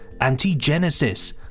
Anti-Genesis